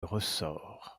ressort